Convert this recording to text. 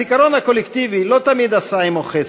הזיכרון הקולקטיבי לא תמיד עשה עמו חסד,